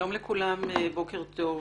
שלום לכולם, בוקר טוב.